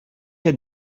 had